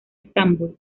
estambul